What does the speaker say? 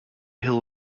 hill